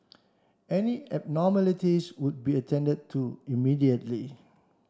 any abnormalities would be attended to immediately